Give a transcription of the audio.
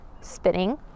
spinning